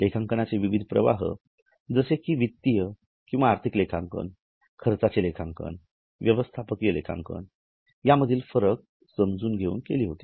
लेखांकनाचे विविध प्रवाह जसे कि वित्तीय किंवा आर्थिक लेखांकन खर्चाचे लेखांकन व्यवस्थापकीय लेखांकन यामधील फरक हे समजून घेऊन केली होती